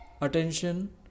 Attention